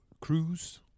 cruise